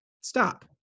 stop